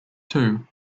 two